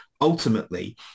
ultimately